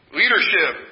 leadership